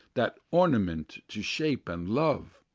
that ornament to shape and love,